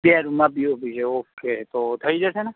બે રૂમમાં પીપોપી છે ઓકે તો થઈ જશે ને